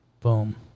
Boom